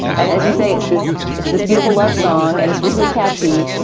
and as you say, it's this it's this beautiful love song and it's really catchy.